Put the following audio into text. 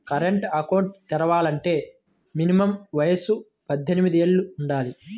current account తెరవాలంటే minimum వయసు పద్దెనిమిది యేళ్ళు వుండాలి